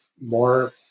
more